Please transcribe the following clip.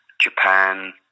japan